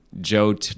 Joe